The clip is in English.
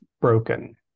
broken